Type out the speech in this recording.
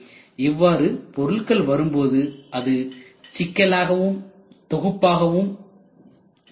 இவ்வாறு பொருட்கள் வரும்போது அது சிக்கலாகவும் தொகுப்பாகவும் ஆகாது